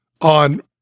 on